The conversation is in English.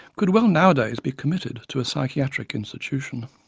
could well nowadays be committed to a psychiatric institution.